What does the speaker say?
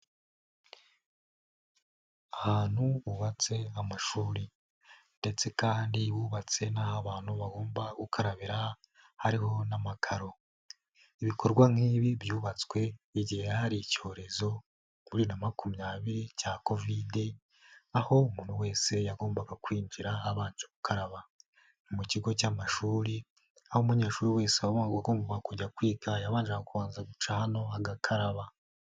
Ahantu hubatse amashuri ndetse kandi hubatse n'aho abantu bagomba gukarabira hariho n'amakaro, ibikorwa nk'ibi byubatswe igihe hari icyorezo muri bibiri na makumyabiri cya COVID, aho umuntu wese yagombaga kwinjira abanje gukaraba, ni mu kigo cy'amashuri aho umunyeshuri wese wagomganga kujya kwiga yabanzaga kubanza guca hano agakaraba.